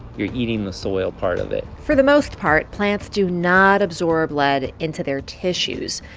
you're eating the soil part of it for the most part, plants do not absorb lead into their tissues,